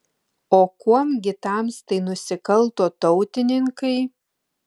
o kuom gi tamstai nusikalto tautininkai